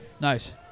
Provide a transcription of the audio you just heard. Nice